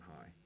high